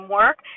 work